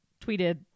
tweeted